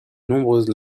nombreuses